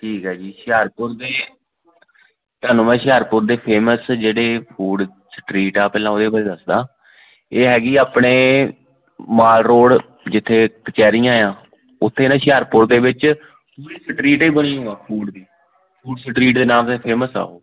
ਠੀਕ ਹੈ ਜੀ ਹੁਸ਼ਿਆਰਪੁਰ ਦੇ ਤੁਹਾਨੂੰ ਮੈਂ ਹੁਸ਼ਿਆਰਪੁਰ ਦੇ ਫੇਮਸ ਜਿਹੜੇ ਫੂਡ ਸਟਰੀਟ ਆ ਪਹਿਲਾਂ ਉਹਦੇ ਬਾਰੇ ਦੱਸਦਾ ਇਹ ਹੈਗੀ ਆਪਣੇ ਮਾਲ ਰੋਡ ਜਿੱਥੇ ਕਚਹਿਰੀਆਂ ਆ ਉੱਥੇ ਨਾ ਹੁਸ਼ਿਆਰਪੁਰ ਦੇ ਵਿੱਚ ਪੂਰੀ ਸਟਰੀਟ ਏ ਬਣੀ ਓਹ ਆ ਫੂਡ ਦੀ ਫੂਡ ਸਟਰੀਟ ਦੇ ਨਾਮ 'ਤੇ ਫੇਮਸ ਆ ਉਹ